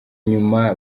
nyuma